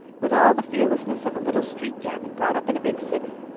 with all the fearlessness of a little street gamin brought up in a big city,